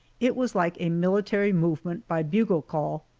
it was like a military movement by bugle call!